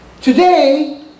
Today